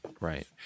Right